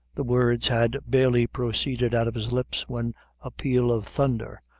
the words had barely proceeded out of his lips, when a peal of thunder,